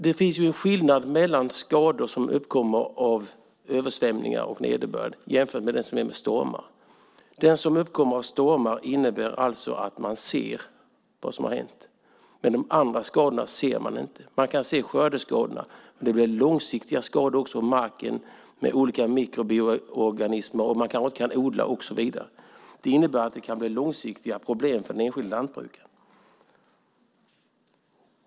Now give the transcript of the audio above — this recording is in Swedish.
Det finns en skillnad mellan skador som uppkommer av översvämningar och nederbörd och skador som uppkommer av stormar. När skador uppkommer av stormar ser man vad som har hänt, men de andra skadorna ser man inte. Man kan se skördeskadorna, men det är också långsiktiga skador i marken av olika mikroorganismer som gör att man kanske inte kan odla och så vidare. Det innebär att det kan bli långsiktiga problem för den enskilde lantbrukaren.